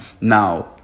Now